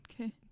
okay